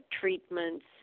treatments